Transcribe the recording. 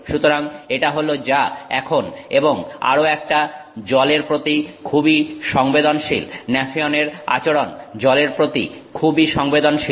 সুতরাং এটা হল যা এখন এবং আরো এটা জলের প্রতি খুবই সংবেদনশীল ন্যাফিয়নের আচরণ জলের প্রতি খুবই সংবেদনশীল